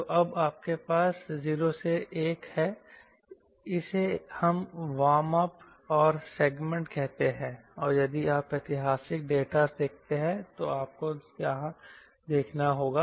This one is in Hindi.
तो अब आपके पास 0 से 1 है इसे हम वार्म अप और सेगमेंट कहते हैं और यदि आप ऐतिहासिक डेटा देखते हैं तो आपको यहाँ देखना होगा